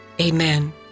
Amen